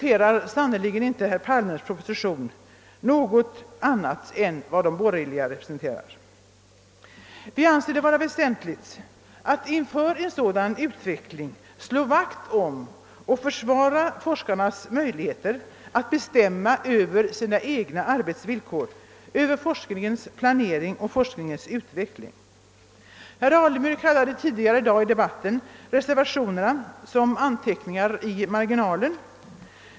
I det fallet representerar herr Palmes proposition sannerligen inte något an nat än vad de borgerliga representerar. Vi anser det vara väsentligt att inför en sådan utveckling slå vakt om och försvara forskarnas möjligheter att bestämma Över sina egna arbetsvillkor samt över forskningens planering och utveckling. Under den tidigare debatten i dag kallade herr Alemyr reservationerna för »anteckningar i marginalen».